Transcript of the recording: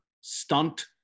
stunt